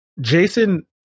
Jason